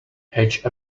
hedge